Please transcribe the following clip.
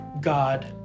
God